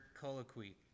Colloquy